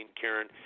Karen